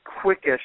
quickest